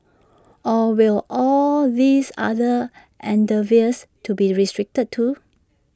or will all these other endeavours to be restricted too